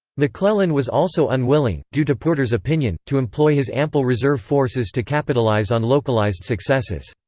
mcclellan was also unwilling, due to porter's opinion, to employ his ample reserve forces to capitalize on localized successes.